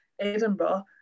Edinburgh